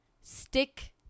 stick